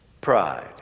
pride